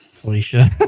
Felicia